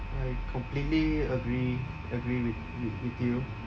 I completely agree agree with with with you